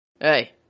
hey